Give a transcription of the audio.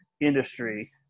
industry